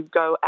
go